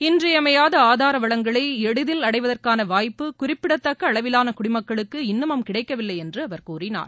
இன்றியமையாத ஆதார வளங்களை எளிதில் அடைவதற்கான வாய்ப்பு குறிப்பிடத்தக்க அளவிலான குடிமக்களுக்கு இன்னமும் கிடைக்கவில்லை என்று அவர் கூறினார்